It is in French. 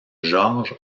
george